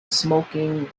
smoking